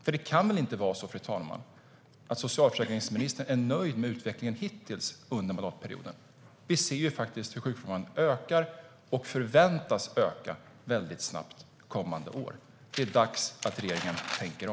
För det kan väl inte vara så, fru talman, att socialförsäkringsministern är nöjd med utvecklingen hittills under mandatperioden? Vi ser ju faktiskt hur sjukfrånvaron ökar och förväntas öka väldigt snabbt kommande år. Det är dags att regeringen tänker om.